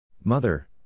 Mother